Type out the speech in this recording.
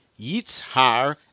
Yitzhar